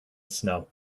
snow